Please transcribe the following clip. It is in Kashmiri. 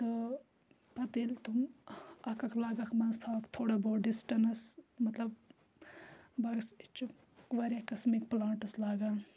تہٕ پَتہٕ ییٚلہِ تِم اَکھ اَکھ لاگَکھ منٛز تھاوَکھ تھوڑا بہت ڈِسٹَنٕس مطلب باغس أسۍ چھِ واریاہ قٕسمٕکۍ پٕلانٛٹٕس لاگان